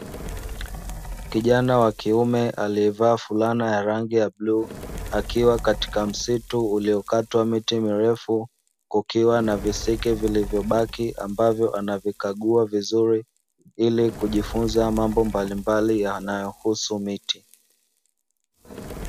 Kijana wa kiume alievaa fulana ya rangi ya bluu akiwa katika msitu uliokatwa miti mirefu, kukiwa na visiki vilivyobaki ambavyo anavikagua vizuri ili kujifunza mambo mbalimbali yanayohusu miti.